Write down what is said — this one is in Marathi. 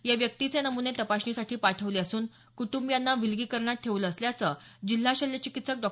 या व्यक्तीचे नमुने तपासणीसाठी पाठवले असून कुटुंबियांना विलगीकरणात ठेवलं असल्याचं जिल्हा शल्य चिकित्सक डॉ